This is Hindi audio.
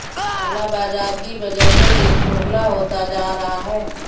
काला बाजार की वजह से देश खोखला होता जा रहा है